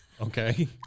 Okay